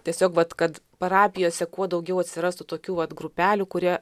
tiesiog vat kad parapijose kuo daugiau atsirastų tokių vat grupelių kurie